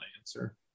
answer